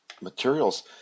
materials